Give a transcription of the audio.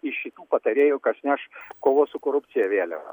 iš šitų patarėjų kas neš kovos su korupcija vėliavą